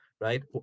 right